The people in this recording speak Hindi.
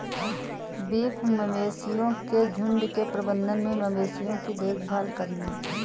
बीफ मवेशियों के झुंड के प्रबंधन में मवेशियों की देखभाल करना